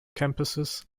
campuses